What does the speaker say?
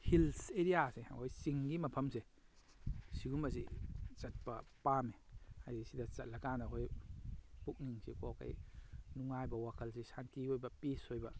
hills ꯑꯦꯔꯤꯌꯥꯁꯦ ꯑꯩꯈꯣꯏ ꯆꯤꯡꯒꯤ ꯃꯐꯝꯁꯦ ꯑꯁꯤꯒꯨꯝꯕꯁꯤ ꯆꯠꯄ ꯄꯥꯝꯃꯦ ꯍꯥꯏꯕꯗꯤ ꯑꯁꯤꯗ ꯆꯠꯂꯀꯥꯟꯗ ꯑꯩꯈꯣꯏ ꯄꯨꯛꯅꯤꯡꯁꯤ ꯀꯣ ꯑꯩꯈꯣꯏ ꯅꯨꯡꯉꯥꯏꯕ ꯋꯥꯈꯜꯁꯦ ꯁꯥꯟꯇꯤ ꯑꯣꯏꯕ ꯄꯤꯁ ꯑꯣꯏꯕ